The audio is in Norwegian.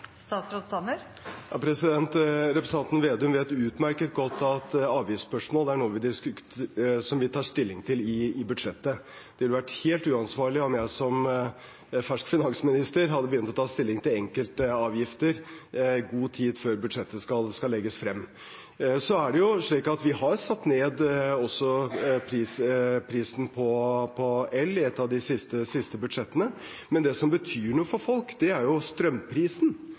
Representanten Vedum vet utmerket godt at avgiftsspørsmål er noe vi tar stilling til i budsjettet. Det ville vært helt uansvarlig om jeg som fersk finansminister hadde begynt å ta stilling til enkeltavgifter i god tid før budsjettet skal legges frem. Vi har satt ned prisen på el i et av de siste budsjettene, men det som betyr noe for folk, er jo strømprisen. Det er strømprisen som betyr noe, og ser vi på utviklingen i strømprisen,